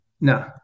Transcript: No